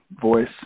voice